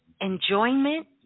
enjoyment